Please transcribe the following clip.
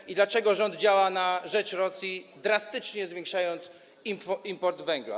I dlaczego rząd działa na rzecz Rosji, drastycznie zwiększając import węgla?